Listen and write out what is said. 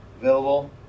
Available